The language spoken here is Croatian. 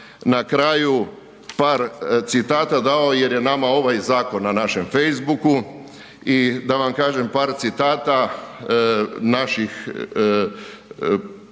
na kraju par citata dao jer je nama ovaj zakon na našem facebooku i da vam kažem par citata naših pratitelja